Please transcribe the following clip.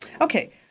Okay